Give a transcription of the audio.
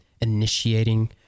initiating